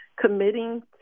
committing